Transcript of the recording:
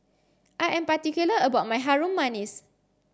I am particular about my Harum Manis